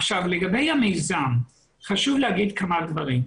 עכשיו, לגבי המיזם, חשוב להגיד כמה דברים.